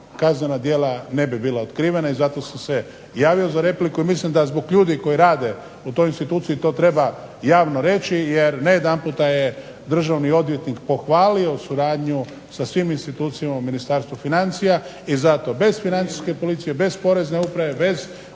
kaznena djela ne bi bila otkrivena. I zato sam se javio za repliku i mislim da zbog ljudi koji rade u toj instituciji to treba javno reći, jer ne jedanput je državni odvjetnik pohvalio suradnju sa svim institucijama u Ministarstvu financija. I zato bez Financijske policije, bez POrezne uprave bez